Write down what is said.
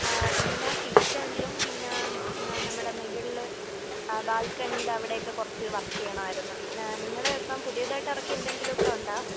പിന്നെ കിച്ചെണിലും പിന്നെ നമ്മുടെ മുകളിൽ ബാൽക്കണി യുടെ അവിടെയൊക്കെ കുറച്ച് വർക്ക് ചെയ്യണമായിരുന്നു നിങ്ങളുടെ കയ്യിൽ ഇപ്പം പുതിയതായിട്ട് ഇറക്കിയ എന്തെങ്കിലുമൊക്കെയുണ്ടോ